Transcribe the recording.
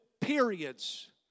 periods